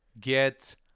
get